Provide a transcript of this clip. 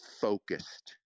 focused